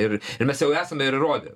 ir ir mes jau esame ir įrodę